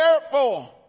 careful